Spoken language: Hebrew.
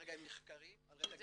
שכרגע הם נחקרים על רקע גזעני.